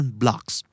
blocks